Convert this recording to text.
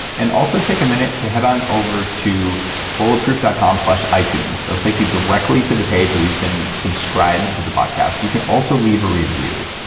and also, take a minute to head on over to bulletproof dot com slash itunes. it will take you directly to the page where you can subscribe to the podcast. you can also leave a review,